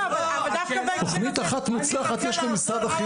תכנית אחת מוצלחת יש למשרד החינוך,